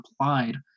applied